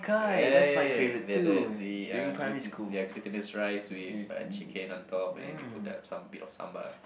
ya ya that that the uh gluten ya glutinous rice with uh chicken on top and they put the some bit of sambal